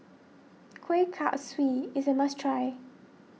Kueh Kaswi is a must try